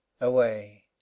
away